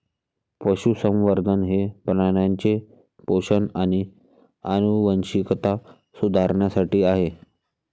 पशुसंवर्धन हे प्राण्यांचे पोषण आणि आनुवंशिकता सुधारण्यासाठी आहे